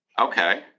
okay